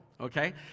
okay